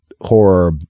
horror